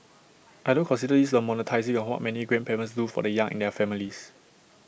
I don't consider this the monetising of what many grandparents do for the young in their families